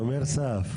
שומר סף.